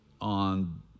on